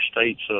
state's